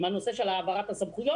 הנושא של העברת הסמכויות.